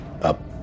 up